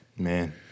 Man